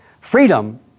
Freedom